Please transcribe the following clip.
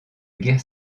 guerre